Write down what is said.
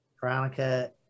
Veronica